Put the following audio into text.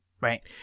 Right